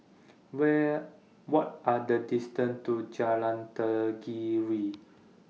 Where What Are The distance to Jalan Tenggiri